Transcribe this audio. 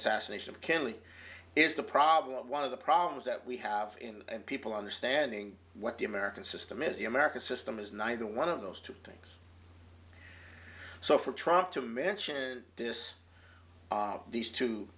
assassination of kennedy is the problem one of the problems that we have in people understanding what the american system is the american system is neither one of those two things so for trump to mention this these two